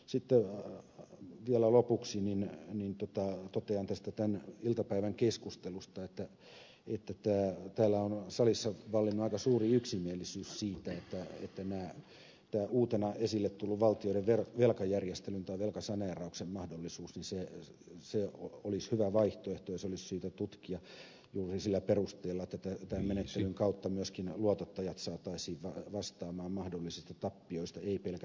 sitten vielä lopuksi totean tästä tämän iltapäivän keskustelusta että täällä on salissa vallinnut aika suuri yksimielisyys siitä että tämä uutena esille tullut valtioiden velkajärjestelyn tai velkasaneerauksen mahdollisuus olisi hyvä vaihtoehto ja se olisi syytä tutkia juuri sillä perusteella että tämän menettelyn kautta myöskin luotottajat saataisiin vastaamaan mahdollisista tappioista ei pelkät veronmaksajat